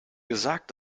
gesagt